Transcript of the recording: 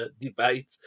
debate